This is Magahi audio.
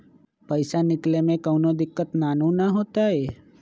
पईसा निकले में कउनो दिक़्क़त नानू न होताई?